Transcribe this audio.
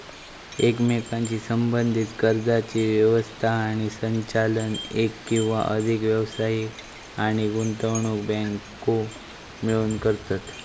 एकमेकांशी संबद्धीत कर्जाची व्यवस्था आणि संचालन एक किंवा अधिक व्यावसायिक आणि गुंतवणूक बँको मिळून करतत